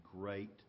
great